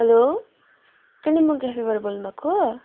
hello Kalimpong क्याफेबाट बोल्नुभएको